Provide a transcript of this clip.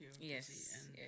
Yes